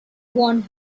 one